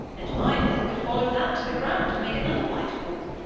and my milk would follow that to the ground, and make another white pool.